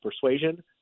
persuasion